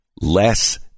Less